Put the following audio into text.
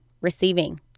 receiving